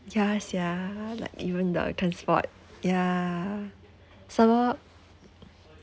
just ya like even the uh transport ya so